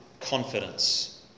confidence